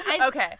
Okay